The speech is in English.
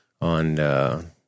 on, –